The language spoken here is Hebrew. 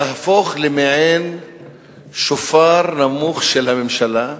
תהפוך למעין שופר נמוך של הממשלה.